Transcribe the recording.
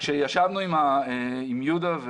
כשישבנו עם יהודה,